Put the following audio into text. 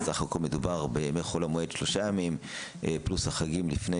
בסך הכול מדובר בימי חול המועד שלושה ימים פלוס החגים לפני